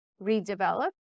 redevelop